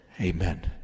Amen